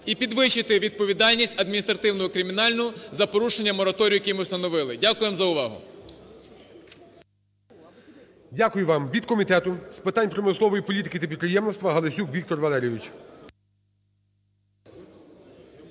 і підвищити відповідальність адміністративну і кримінальну за порушення мораторію, який ми встановили. Дякуємо за увагу. ГОЛОВУЮЧИЙ. Дякую вам. Від Комітету з питань промислової політики та підприємництва Галасюк Віктор Валерійович.